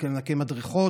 מי מנקה מדרכות.